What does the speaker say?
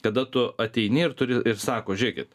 tada tu ateini ir turi ir sako žiūrėkit